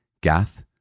Gath